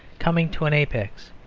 coming to an apex.